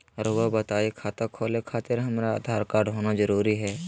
रउआ बताई खाता खोले खातिर हमरा आधार कार्ड होना जरूरी है?